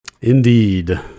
indeed